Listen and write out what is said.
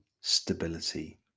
stability